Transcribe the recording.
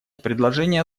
предложения